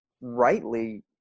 rightly